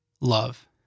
love